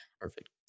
Perfect